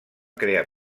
crear